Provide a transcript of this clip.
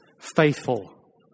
faithful